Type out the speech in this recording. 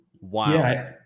Wow